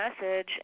message